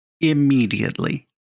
immediately